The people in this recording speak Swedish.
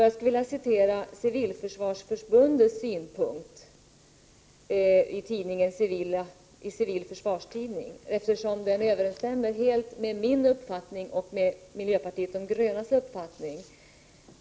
Jag skulle vilja citera ur Civila försvarstidningen, där Civilförsvarsförbundets synpunkt framgår. Civilförsvarsförbundets synpunkt överensstämmer nämligen helt med min och övriga miljöpartisters uppfattning.